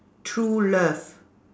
true love